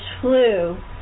flu